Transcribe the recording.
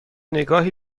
نگاهی